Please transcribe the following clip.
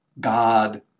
God